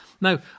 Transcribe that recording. Now